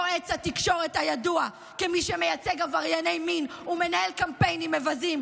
יועץ התקשורת הידוע כמי שמייצג עברייני מין ומנהל קמפיינים מבזים,